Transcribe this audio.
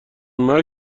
مرگ